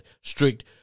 Strict